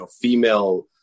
female